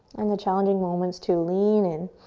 and the challenging moments too. lean in.